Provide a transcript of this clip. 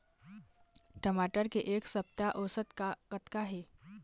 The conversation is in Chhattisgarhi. टमाटर के एक सप्ता औसत कतका हे?